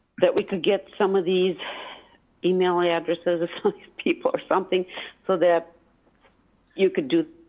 that we could get some of these email addresses of people or something so that you could do